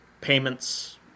payments